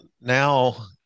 now